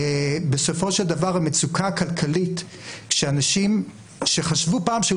בסופו של דבר המצוקה הכלכלית שאנשים שחשבו פעם שהם